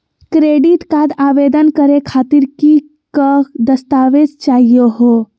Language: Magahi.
क्रेडिट कार्ड आवेदन करे खातीर कि क दस्तावेज चाहीयो हो?